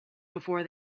before